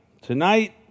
Tonight